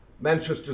Manchester